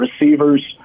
receivers